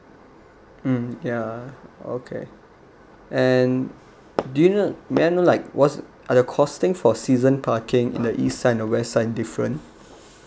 mm ya okay and do you know may I know like was are the costing for season parking in the east side or west side different